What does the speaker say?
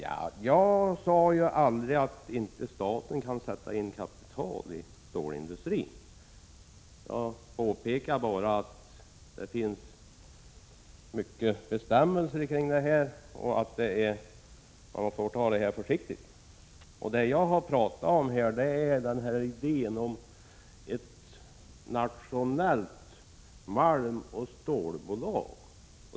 Herr talman! Jag sade aldrig att staten inte kan sätta in kapital i stålindustrin. Jag påpekade bara att det finns många bestämmelser om detta och att man får ta det försiktigt. Det jag har talat om är idén om ett nationellt malmoch stålbolag.